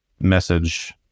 message